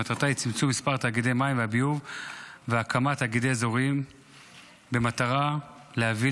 כלומר החובה להקים תאגידי מים וביוב אזוריים שיספקו שירותי